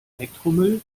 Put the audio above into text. elektromüll